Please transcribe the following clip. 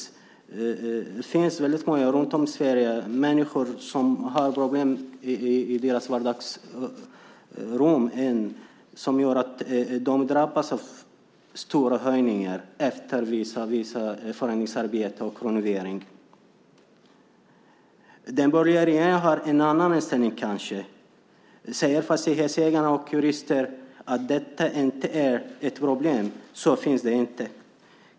Det finns många människor runt om i Sverige som har problem i vardagslivet, och de drabbas av stora höjningar efter vissa förändringsarbeten och renoveringar. Den borgerliga regeringen har kanske en annan inställning. Om fastighetsägarna och juristerna säger att det inte är ett problem, så finns det inte.